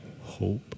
hope